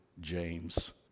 James